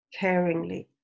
caringly